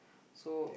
so